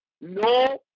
no